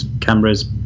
cameras